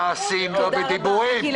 אמון צריך במעשים, לא בדיבורים.